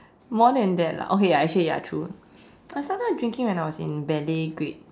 more than that lah okay ya actually ya true I started drinking when I was in ballet grade